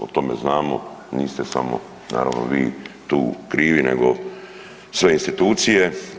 O tome znamo, niste samo naravno vi tu krivi nego sve institucije.